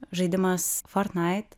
žaidimas fortnait